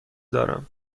دارم